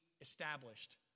established